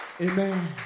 amen